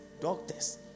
Doctors